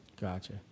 Gotcha